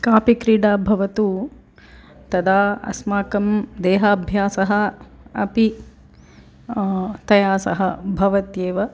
कापि क्रीडा भवतु तदा अस्माकं देहाभ्यासः अपि तया सह भवत्येव